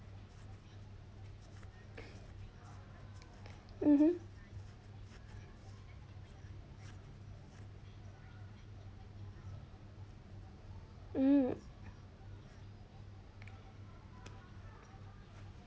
mmhmm mm